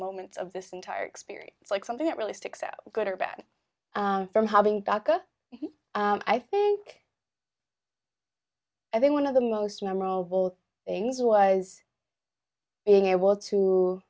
moments of this entire experience like something that really sticks out good or bad from having dhaka i think i think one of the most memorable things was being able to